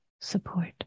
support